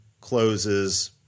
closes